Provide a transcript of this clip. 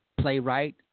playwright